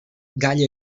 gall